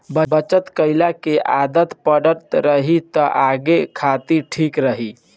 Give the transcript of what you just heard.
बचत कईला के आदत पड़ल रही त आगे खातिर ठीक रही